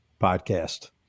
podcast